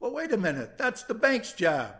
well wait a minute that's the bank's job